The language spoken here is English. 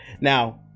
Now